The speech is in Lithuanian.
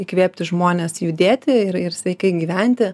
įkvėpti žmones judėti ir ir sveikai gyventi